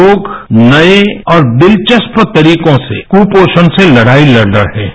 लोग नए और दिलचस्प तरीकों से क्पोषण से लड़ाई लड़ रहे हैं